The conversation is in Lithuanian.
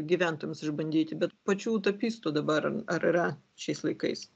gyventojams išbandyti bet pačių utopistų dabar ar yra šiais laikais